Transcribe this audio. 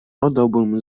oddałbym